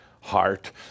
heart